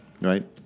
right